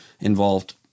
involved